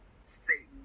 Satan